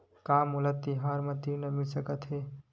का मोला तिहार ऋण मिल सकथे?